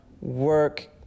work